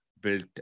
built